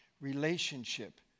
Relationship